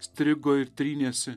strigo ir trynėsi